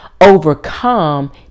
overcome